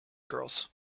girls